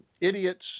Idiots